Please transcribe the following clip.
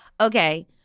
Okay